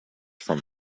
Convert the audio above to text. from